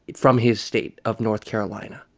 from his state of north carolina.